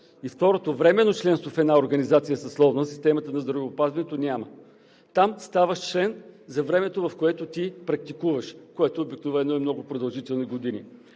Второ, временно членство в съсловна организация в системата на здравеопазването няма. Там ставаш член за времето, в което ти практикуваш, което обикновено е много продължителни години.